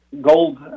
Gold